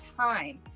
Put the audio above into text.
time